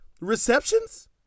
receptions